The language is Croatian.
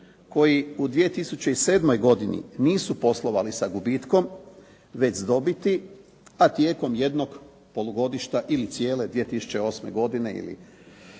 koji u 2007. godini nisu poslovali sa gubitkom, već s dobiti, a tijekom jednog polugodišta ili cijele 2008. godine ili